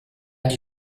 die